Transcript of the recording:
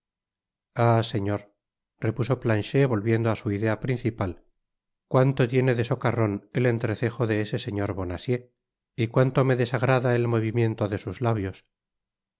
ah señor repuso planchet volviendo á su idea principal cuanto tiene de socarron el entrecejo de ese señor bonacieux y cuanto me desagrada el movimiento de sus labios